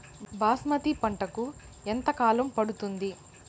బాస్మతి పంటకు ఎంత కాలం పడుతుంది?